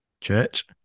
Church